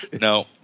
No